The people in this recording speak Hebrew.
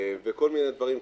וכל מיני דברים כאלה,